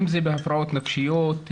אם זה בהפרעות נפשיות,